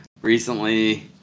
recently